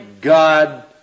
God